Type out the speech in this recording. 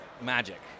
magic